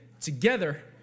Together